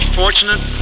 fortunate